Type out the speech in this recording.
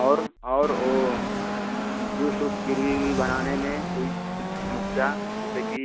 और और वह जूस उस गिरवी विरवी बनाने में कोई कुछ समस्या जैसे कि